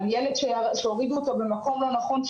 על ילד שהורידו אותו במקום לא נכון,